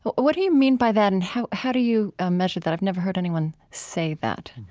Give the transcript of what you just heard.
but what do you mean by that and how how do you ah measure that? i've never heard anyone say that